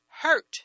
hurt